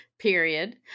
period